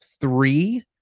three